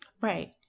right